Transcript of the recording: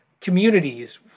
communities